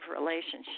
relationship